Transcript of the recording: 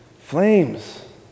Flames